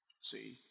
See